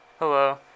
Hello